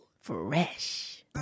Fresh